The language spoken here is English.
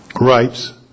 rights